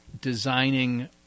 designing